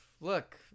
Look